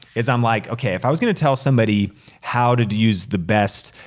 is i'm like, okay, if i was gonna tell somebody how to to use the best,